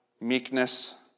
meekness